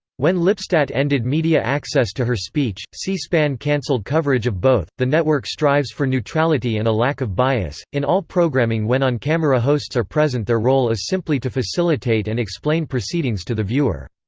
when lipstadt ended media access to her speech, c-span canceled coverage of both the network strives for neutrality and a lack of bias in all programming when on-camera hosts are present their role is simply to facilitate and explain proceedings to the viewer.